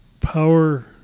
power